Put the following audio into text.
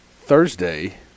Thursday